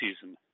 season